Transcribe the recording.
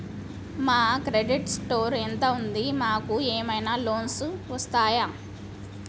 మా credit score ఎంత ఉంది? మాకు ఏమైనా లోన్స్ వస్తయా?